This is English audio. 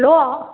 hello